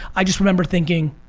i just remember thinking,